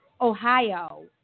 Ohio